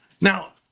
Now